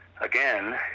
Again